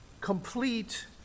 complete